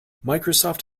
microsoft